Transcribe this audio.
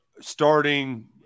starting